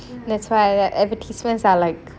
that's why the advertisements are like